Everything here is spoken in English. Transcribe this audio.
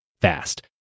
fast